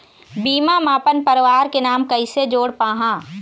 बीमा म अपन परवार के नाम कैसे जोड़ पाहां?